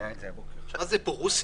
מה זה פה, רוסיה?